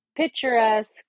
picturesque